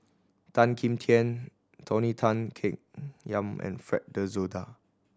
Tan Kim Tian Tony Tan Keng Yam and Fred De Souza